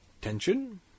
Tension